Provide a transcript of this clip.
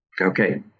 Okay